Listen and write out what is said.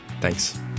Thanks